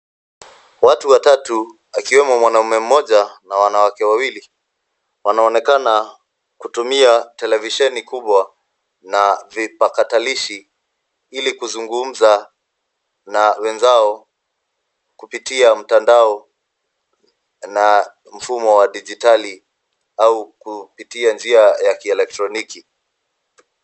Watu watatu akiwemo mwanaume mmoja na wanawake wawili; wanaonekana kutumia televisheni kubwa na vipakatalishi ili kuzungumza na wenzao, kupitia mtandao na mfumo wa dijitali au kupitia njia ya kielektroniki.